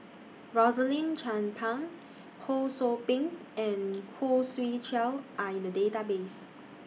Rosaline Chan Pang Ho SOU Ping and Khoo Swee Chiow Are in The Database